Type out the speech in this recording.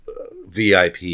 VIP